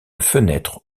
fenêtre